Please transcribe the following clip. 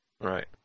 right